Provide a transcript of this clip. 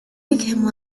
became